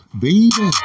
baby